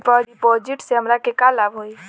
डिपाजिटसे हमरा के का लाभ होई?